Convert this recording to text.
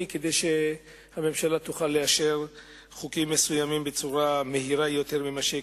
כדי שהממשלה תוכל לאשר חוקים מסוימים בצורה מהירה יותר ממה שהיא,